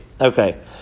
Okay